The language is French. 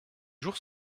jours